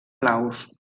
blaus